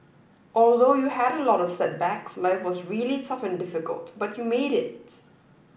although you had a lot of setbacks life was really tough and difficult but you made it